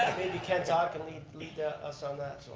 and maybe ken taw can lead lead ah us on that. so